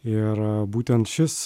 ir būtent šis